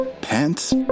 pants